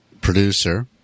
producer